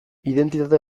identitate